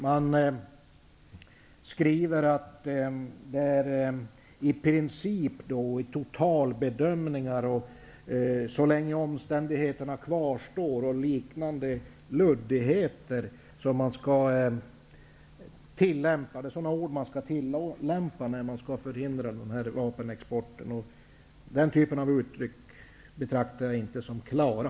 Man skriver att det skall gälla i princip, i totalbedömningar, så länge omständigheterna kvarstår -- och liknande luddigheter. Det är sådant som skall tillämpas när man skall förhindra den här vapenexporten. Jag betraktar inte uttryck av den typen som klara.